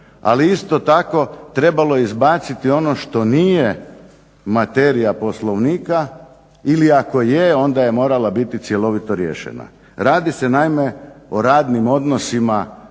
ali isto tako trebalo je izbaciti ono što nije materija Poslovnika ili ako je onda je morala biti cjelovito riješena. Radi se naime o radnim odnosima